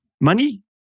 money